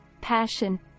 passion